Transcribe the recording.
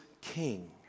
king